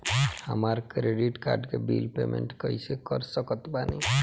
हमार credit card के bill payment कइसे कर सकत बानी?